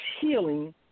healing